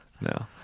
No